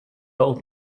old